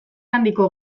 handiko